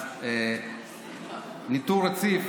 אז ניטור רציף